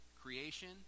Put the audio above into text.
creation